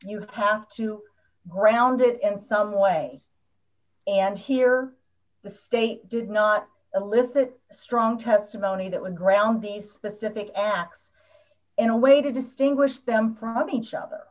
you have to ground it in some way and here the state did not elicit strong testimony that would ground these specific acts in a way to distinguish them from each other